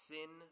Sin